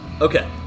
Okay